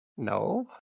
no